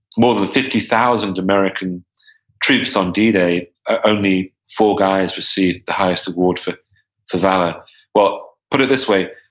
more than fifty thousand american troops on d-day, only four guys received the highest award for valor well, put it this way.